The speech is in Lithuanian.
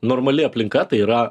normali aplinka tai yra